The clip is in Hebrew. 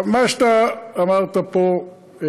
עכשיו, מה שאמרת פה,